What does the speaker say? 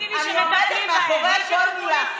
אני עומדת מאחורי כל מילה.